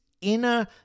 inner